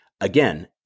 again